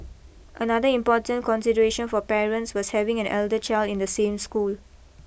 another important consideration for parents was having an elder child in the same school